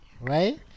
right